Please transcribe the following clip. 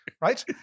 right